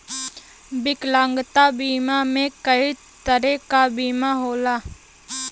विकलांगता बीमा में कई तरे क बीमा होला